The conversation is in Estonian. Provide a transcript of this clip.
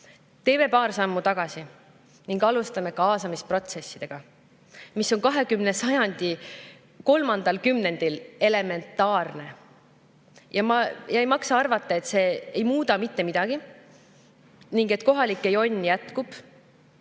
paar sammu tagasi ning alustame kaasamisprotsessi, mis oleks 20. sajandi kolmandal kümnendil elementaarne. Ei maksa arvata, et see ei muuda mitte midagi ning et kohalike jonn jätkub.